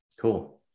Cool